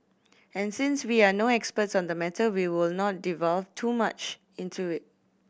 and since we are no experts on the matter we will not delve too much into it